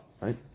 right